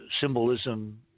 symbolism